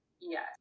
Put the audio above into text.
Yes